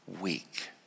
weak